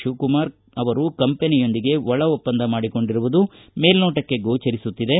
ಶಿವಕುಮಾರ್ ಅವರು ಕಂಪನಿಯೊಂದಿಗೆ ಒಳ ಒಪ್ಪಂದ ಮಾಡಿಕೊಂಡಿರುವುದು ಮೇಲ್ನೋಟಕ್ಕೆ ಗೋಚರಿಸುತ್ತಿದೆ